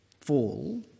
fall